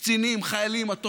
קצינים, חיילים, התושבים,